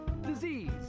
disease